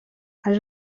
els